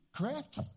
correct